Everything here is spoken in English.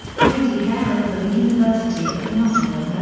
brady haran for the university of nottingham.